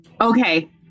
Okay